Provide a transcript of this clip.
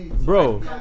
bro